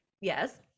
Yes